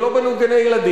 ולא בנו גני-ילדים,